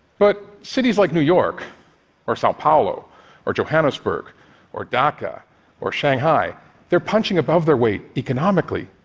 but cities like new york or sao paulo or johannesburg or dhaka or shanghai they're punching above their weight economically,